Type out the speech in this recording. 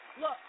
Look